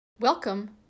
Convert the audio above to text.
Welcome